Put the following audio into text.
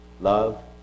love